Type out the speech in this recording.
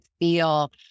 feel